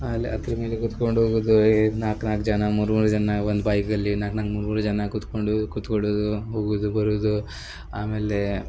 ಅಲ್ಲೇ ಅದ್ರ ಮೇಲೆ ಕುತ್ಕೊಂಡು ಹೋಗುದ್ ಏ ನಾಲ್ಕು ನಾಲ್ಕು ಜನ ಮೂರು ಮೂರು ಜನ ಒಂದು ಬೈಕಲ್ಲಿ ನಾಲ್ಕು ನಾಲ್ಕು ಮೂರು ಮೂರು ಜನ ಕುತ್ಕೊಂಡು ಕುತ್ಕೊಳ್ಳುದು ಹೋಗುವುದು ಬರುವುದು ಆಮೇಲೆ